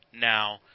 now